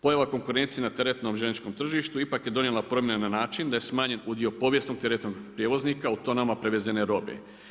Pojave konkurencije na teretnom željezničkom tržištu ipak je donijela promjene na način da je smanjen udio povijesnog teretnog prijevoznika u tonama prevezene robe.